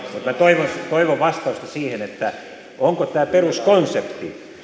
minä toivon toivon vastausta siihen onko tämä peruskonsepti